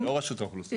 זאת לא רשות האוכלוסין.